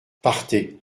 partez